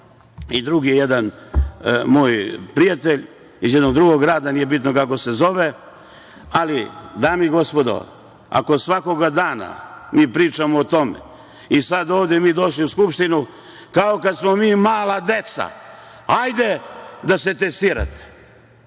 i drugi je jedan moj prijatelj, iz jednog drugog grada, nije bitno kako se zove. Ali, dame i gospodo, ako svakoga dana mi pričamo o tome i sada ovde mi došli u Skupštinu kao kada smo mi mala deca - hajde da se testirate.